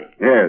Yes